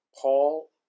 Paul